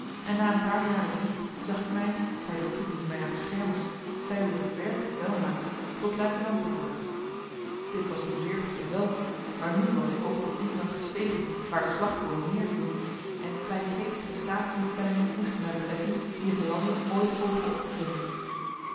en na een paar jaren dienst zag ik mij t zij door toedoen mijner beschermers t zij omdat ik het werkelijk wel maakte tot luitenant bevorderd dit was nu zeer goed en wel maar nu was ik ook tot dien rang gestegen waar de slagboom neerviel en kleingeestige staatsinstellingen moesten mij beletten hier te lande ooit hooger op te klimmen